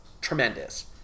tremendous